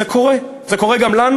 זה קורה, זה קורה גם לנו.